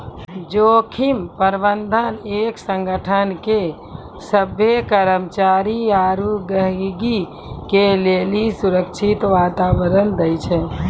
जोखिम प्रबंधन एक संगठन के सभ्भे कर्मचारी आरू गहीगी के लेली सुरक्षित वातावरण दै छै